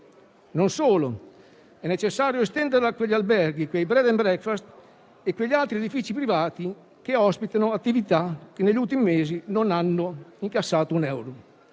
Non solo, è necessario estenderla agli alberghi, ai *bed and breakfast* e agli altri edifici privati che ospitano attività che negli ultimi mesi non hanno incassato un euro.